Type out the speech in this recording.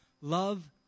Love